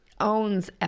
owns